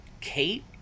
Kate